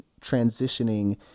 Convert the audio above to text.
transitioning